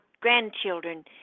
grandchildren